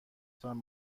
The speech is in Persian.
تان